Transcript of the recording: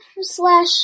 slash